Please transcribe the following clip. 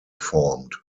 formed